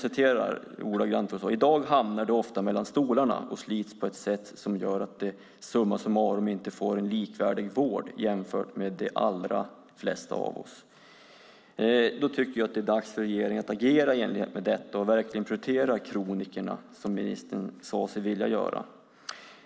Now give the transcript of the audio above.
"I dag hamnar de ofta mellan stolarna och slits på ett sätt som gör att de, summa summarum, inte får en likvärdig vård, jämfört med de allra flesta av oss", sade ministern. Det är dags för regeringen att agera i enlighet med det och verkligen prioritera kronikerna, vilket ministern sade sig vilja göra.